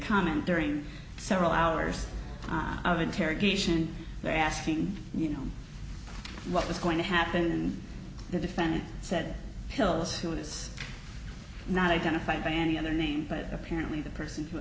comment during several hours of interrogation asking you know what was going to happen the defendant said pills who is not identified by any other name but apparently the person who